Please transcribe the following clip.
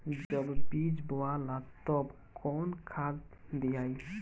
जब बीज बोवाला तब कौन खाद दियाई?